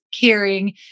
caring